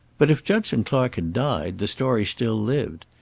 but if judson clark had died, the story still lived.